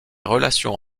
relations